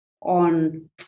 on